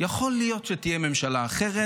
יכול להיות שתהיה ממשלה אחרת.